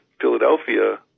Philadelphia